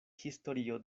historio